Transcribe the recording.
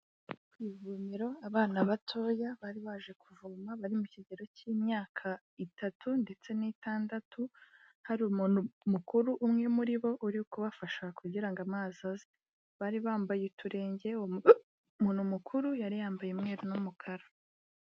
Ivomero abana batoya bari baje kuvoma, bari mu kigero cy'imyaka itatu ndetse n'itandatu, hari umuntu mukuru umwe muri bo uri kubafasha kugira ngo amazi aze, bari bambaye uturenge, uwo muntu mukuru yari yambaye umweru n'umukara.